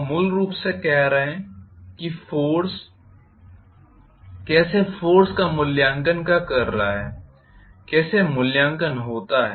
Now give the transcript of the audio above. हम मूल रूप से बात कर रहे हैं कि फोर्स कैसे फोर्स का मूल्यांकन कर रहा है कैसे मूल्यांकन होता है